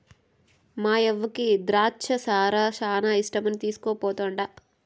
మాయవ్వకి ద్రాచ్చ సారా శానా ఇష్టమని తీస్కుపోతండా